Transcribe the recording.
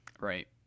Right